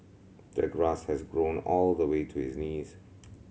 the grass had grown all the way to his knees